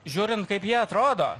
žiūrint kaip jie atrodo